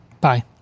Bye